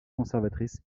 conservatrices